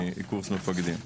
קורס מפקדים.